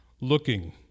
looking